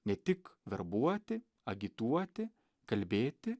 ne tik verbuoti agituoti kalbėti